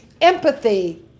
empathy